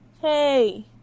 Hey